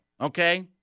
okay